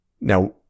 Now